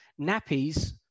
nappies